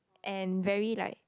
and very like